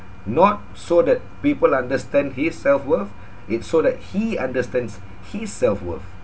not so that people understand his self worth it so that he understands his self worth